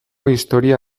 historia